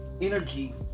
energy